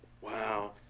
wow